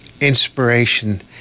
inspiration